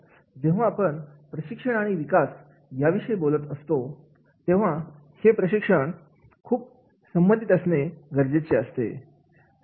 आता जेव्हा आपण प्रशिक्षण आणि विकास या विषयी बोलत असतो तेव्हा हे प्रशिक्षण खूप संबंधित असणे गरजेच आहे